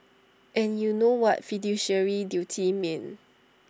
and you know what fiduciary duties mean